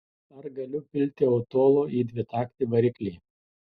ar galiu pilti autolo į dvitaktį variklį